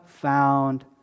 found